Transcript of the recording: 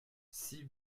six